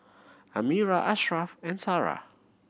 Amirah Ashraff and Sarah